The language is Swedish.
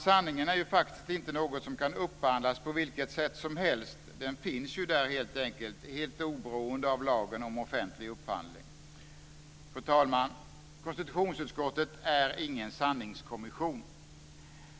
Sanningen är ju faktiskt inte något som kan upphandlas på vilket sätt som helst. Den finns ju där helt enkelt, helt oberoende av lagen om offentlig upphandling. Fru talman! Konstitutionsutskottet är ingen sanningskommission.